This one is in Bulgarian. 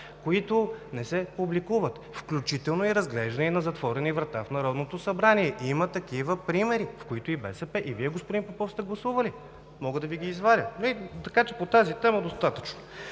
които не се публикуват. Включително и разглеждани на затворени врати в Народното събрание. Има такива примери, в които и БСП, и Вие, господин Попов, сте гласували. Мога да Ви ги извадя. Така че по тази тема – достатъчно.